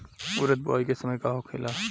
उरद बुआई के समय का होखेला?